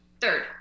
third